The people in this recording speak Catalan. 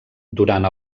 durant